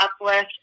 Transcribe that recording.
uplift